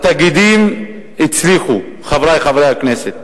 התאגידים הצליחו, חברי חברי הכנסת.